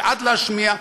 בעד להשמיע,